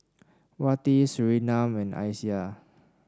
Wati Surinam and Aisyah